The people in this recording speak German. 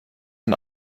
ein